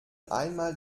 einmal